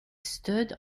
stood